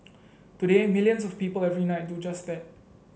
today millions of people every night do just that